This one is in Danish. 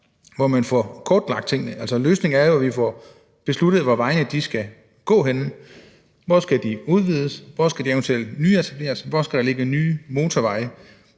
hvor man får kortlagt tingene. Altså, løsningen er jo, at vi får besluttet, hvor vejene skal gå henne. Hvor skal de udvides? Hvor skal de eventuelt nyetableres? Hvor skal der ligge nye motorveje?